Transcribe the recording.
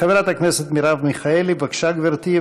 חברת הכנסת מרב מיכאלי, בבקשה, גברתי.